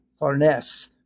Farnes